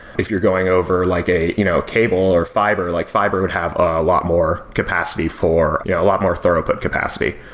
if you're going over like a you know cable, or fiber, like fiber would have a lot more capacity for yeah a lot more throughput capacity.